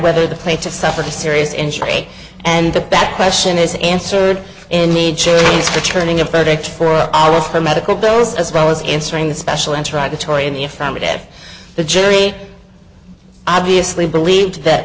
whether the plate to suffered a serious injury and the back question is answered in nature returning a verdict for all of her medical bills as well as answering the special interactive toy in the affirmative the jury obviously believed that